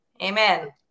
Amen